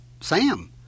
Sam